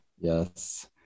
Yes